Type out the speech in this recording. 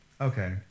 Okay